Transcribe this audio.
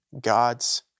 God's